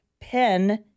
pen